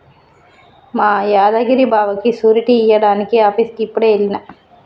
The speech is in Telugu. మా యాదగిరి బావకి సూరిటీ ఇయ్యడానికి ఆఫీసుకి యిప్పుడే ఎల్లిన